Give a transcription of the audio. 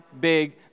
big